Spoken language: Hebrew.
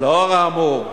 לאור האמור,